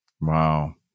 Wow